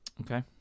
Okay